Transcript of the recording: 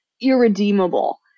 irredeemable